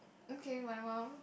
okay my mum